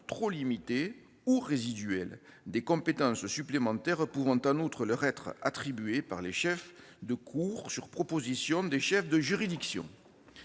trop limitée ou résiduelle, des compétences supplémentaires pouvant en outre leur être attribuées par les chefs de cour sur proposition des chefs de juridiction.